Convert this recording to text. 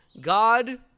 god